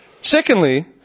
Secondly